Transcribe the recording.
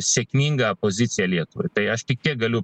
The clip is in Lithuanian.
sėkminga pozicija lietuvai tai aš tik tiek galiu